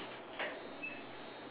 ya sure